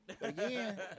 Again